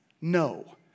No